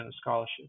scholarship